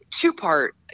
two-part